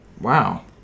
wow